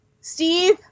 Steve